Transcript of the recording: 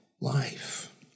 life